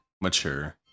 mature